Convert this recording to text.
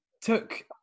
took